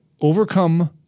overcome